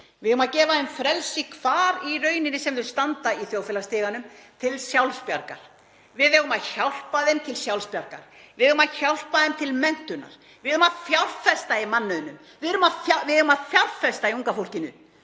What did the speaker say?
Við eigum að gefa þeim frelsi hvar í rauninni sem þau standa í þjóðfélagsstiganum til sjálfsbjargar. Við eigum að hjálpa þeim til sjálfsbjargar. Við eigum að hjálpa þeim til menntunar. Við eigum að fjárfesta í mannauðnum. Við eigum að fjárfesta í unga fólkinu.